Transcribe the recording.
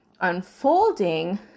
unfolding